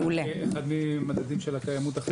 אחד מהמדדים של הקיימות.